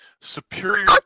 Superior